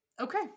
Okay